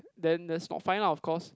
then that's not fine lah of course